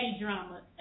drama